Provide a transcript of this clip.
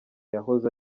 yahoze